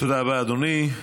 תודה רבה, אדוני.